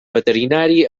veterinari